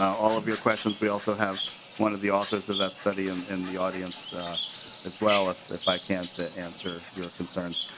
all of your questions. we also have one of the authors of that study and in the audience as well if if i can't answer your concern.